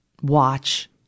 watch